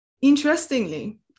interestingly